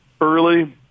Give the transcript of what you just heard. early